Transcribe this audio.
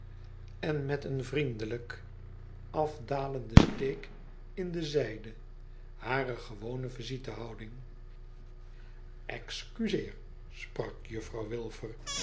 en met een vriendelijk afdalenden steek in de zijde hare gewone visite houding excuseer sprak juffrouw wilfer